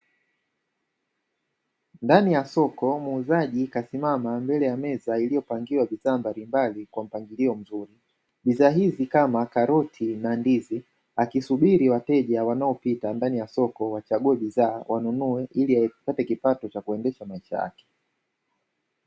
Ndani ya soko muuzaji kasimama mbele ya meza iliyopangiwa vifaa mbalimbali kwa mpangilio mzuri. Bidhaa hizi kama karoti na ndizi, akisubiri wateja wanaopita ndani ya soko wachague bidhaa, wanunue ili apate kipato cha kuendesha maisha yake.